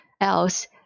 else